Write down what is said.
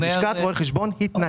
לשכת רואי חשבון התנגדה.